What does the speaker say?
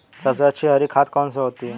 सबसे अच्छी हरी खाद कौन सी होती है?